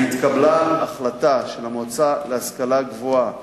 התקבלה החלטה של המועצה להשכלה גבוהה